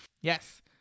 Yes